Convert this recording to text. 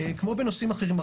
כמו בנושאים אחרים,